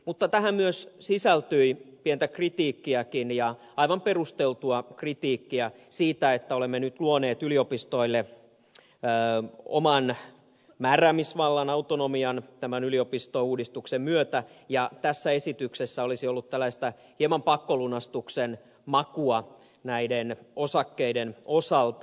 mutta tähän sisältyi pientä kritiikkiäkin ja aivan perusteltua kritiikkiä siitä että olemme nyt luoneet yliopistoille oman määräämisvallan autonomian tämän yliopistouudistuksen myötä ja että tässä esityksessä olisi ollut tällaista hieman pakkolunastuksen makua näiden osakkeiden osalta